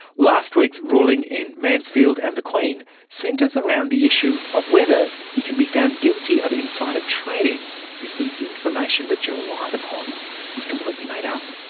last week's ruling in mansfield and the queen centres around the issue of whether you can be found guilty of insider trading if the information that you relied upon is completely made up.